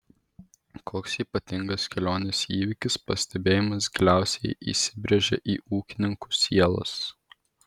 koks ypatingas kelionės įvykis pastebėjimas giliausiai įsibrėžė į ūkininkų sielas